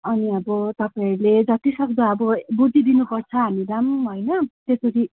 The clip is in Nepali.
अनि अब तपाईँहरूले जतिसक्दो अब बुझिदिनुपर्छ हामीलाई पनि होइन त्यसरी